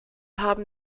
haben